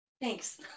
thanks